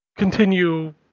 continue